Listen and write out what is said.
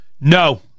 No